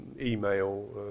email